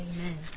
Amen 。